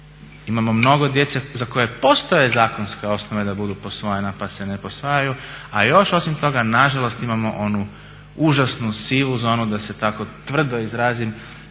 imamo mnogo djece za koje postoje zakonske osnove da budu posvojena pa se ne posvajaju, a još osim toga nažalost imamo onu užasnu sivu zonu da se tako tvrdo izrazim